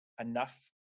enough